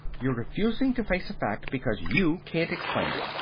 you're refusing to face a fact because you can't explain it.